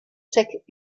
check